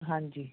ਹਾਂਜੀ